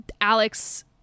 Alex